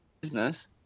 business